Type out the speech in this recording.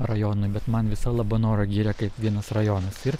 rajonui bet man visa labanoro giria kaip vienas rajonas ir